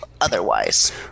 otherwise